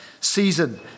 season